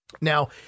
Now